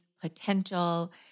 potential